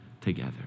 together